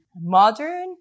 modern